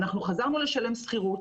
אנחנו חזרנו לשלם שכירות,